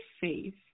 faith